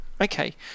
Okay